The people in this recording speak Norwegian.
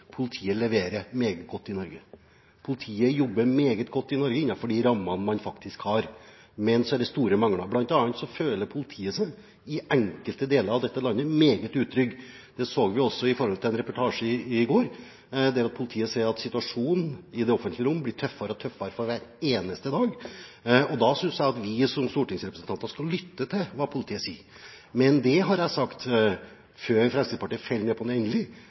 politiet leverer meget godt i Norge. Politiet jobber meget godt i Norge innenfor de rammene de har. Men det er store mangler. Blant annet føler politiet seg i enkelte deler av dette landet meget utrygge. Det så vi også i en reportasje i går, der politiet sa at situasjonen i det offentlige rom blir tøffere og tøffere for hver eneste dag. Da synes jeg at vi som stortingsrepresentanter skal lytte til hva politiet sier. Men det har jeg sagt: Før Fremskrittspartiet faller ned på noe endelig,